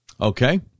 Okay